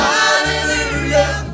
Hallelujah